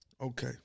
Okay